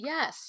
Yes